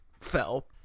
fell